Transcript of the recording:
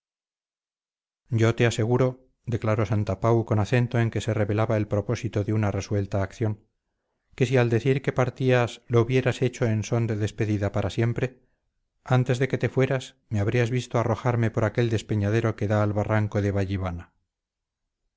yo te aseguro declaró santapau con acento en que se revelaba el propósito de una resuelta acción que si al decir que partías lo hubieras hecho en son de despedida para siempre antes de que te fueras me habrías visto arrojarme por aquel despeñadero que da al barranco de